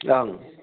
ओं